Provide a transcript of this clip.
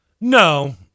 No